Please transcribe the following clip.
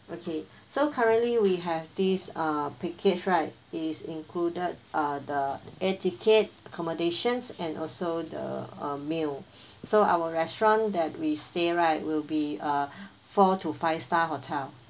okay so currently we have this uh package right is included uh the air ticket accommodations and also the uh meal so our restaurant that we stay right will be uh four to five star hotel